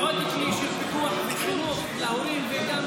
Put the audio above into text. ועוד כלי של פיקוח וחינוך להורים וגם